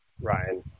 Ryan